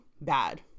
bad